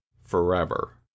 forever